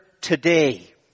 today